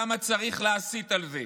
למה צריך להסית על זה?